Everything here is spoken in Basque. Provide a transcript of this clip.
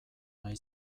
nahi